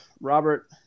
Robert